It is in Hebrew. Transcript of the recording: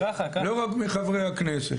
לא רק מחברי הכנסת.